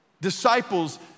disciples